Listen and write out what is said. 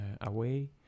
away